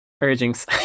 urgings